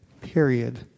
period